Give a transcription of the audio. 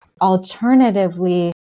Alternatively